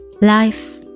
Life